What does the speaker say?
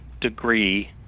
degree